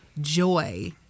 joy